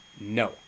No